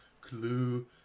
Clue